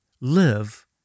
live